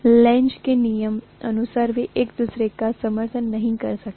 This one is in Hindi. लेनज़ के नियम Lenz's law अनुसार वे एक दूसरे का समर्थन नहीं कर सकते